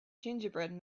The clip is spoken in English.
gingerbread